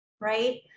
Right